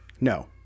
no